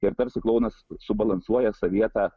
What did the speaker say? ir tarsi klounas subalansuoja savyje tą